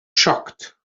shocked